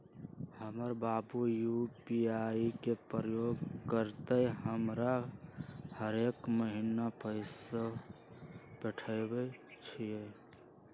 हमर बाबू यू.पी.आई के प्रयोग करइते हमरा हरेक महिन्ना पैइसा पेठबइ छिन्ह